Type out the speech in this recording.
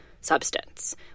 substance